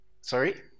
sorry